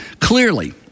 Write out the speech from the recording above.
clearly